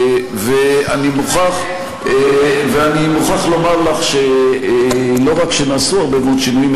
אני מוכרח לומר לך שלא רק שנעשו הרבה מאוד שינויים,